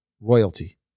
royalty